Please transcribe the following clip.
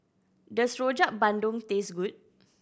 does Rojak Bandung taste good